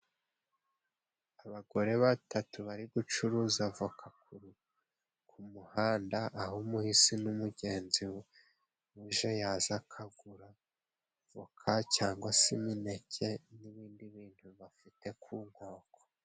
Abagore batatu bari gucuruza voka ku muhanda aho umuhisi n'umugenzi uje yaza akagura voka cyangwa se imineke n'ibindi bintu bafite ku nkoko.